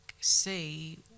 see